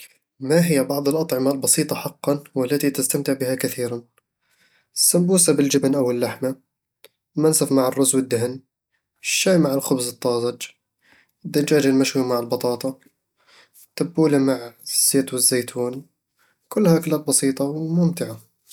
ما هي بعض الأطعمة البسيطة حقًا والتي تستمتع بها كثيرًا؟ السمبوسة بالجبن أو اللحمة المنسف مع الرز والدهن الشاي مع الخبز الطازج الدجاج المشوي مع البطاطا التبولة مع الزيت والزيتون كلها أكلات بسيطة وممتعة